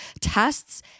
tests